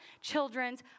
children's